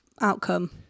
outcome